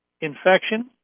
infection